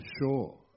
Sure